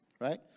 right